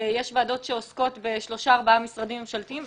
ויש ועדות שעוסקות בלושה-ארבעה משרדים ממשלתיים,